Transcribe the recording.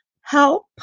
help